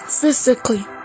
physically